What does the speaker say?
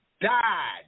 died